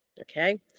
okay